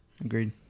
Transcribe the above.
Agreed